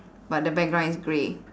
but the background is grey